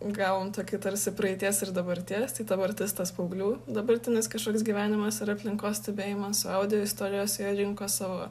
gavom tokį tarsi praeities ir dabarties tai dabartis tas paauglių dabartinis kažkoks gyvenimas ir aplinkos stebėjimas o audio istorijose jie rinko savo